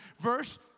verse